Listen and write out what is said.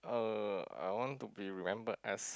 uh I want to be remembered as